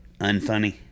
unfunny